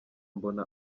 mbona